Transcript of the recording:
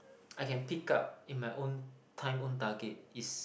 I can pick up in my own time own target is